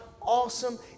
awesome